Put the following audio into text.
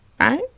right